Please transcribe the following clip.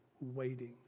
waiting